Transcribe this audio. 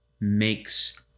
makes